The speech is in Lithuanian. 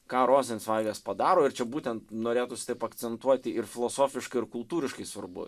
ką rozencveigas padaro ir čia būtent norėtųs taip akcentuoti ir filosofiškai ir kultūriškai svarbu